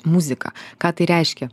muziką ką tai reiškia